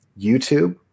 YouTube